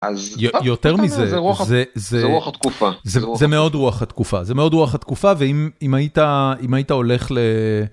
אז יותר מזה זה רוח התקופה זה מאוד רוח התקופה זה מאוד רוח התקופה ואם היית אם היית הולך ל.